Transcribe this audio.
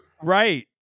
Right